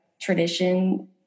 tradition